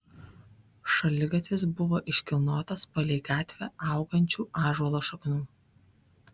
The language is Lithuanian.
šaligatvis buvo iškilnotas palei gatvę augančių ąžuolo šaknų